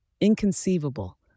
Inconceivable